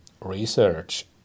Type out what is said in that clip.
research